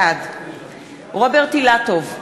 בעד רוברט אילטוב,